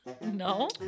No